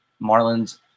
Marlins